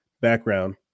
background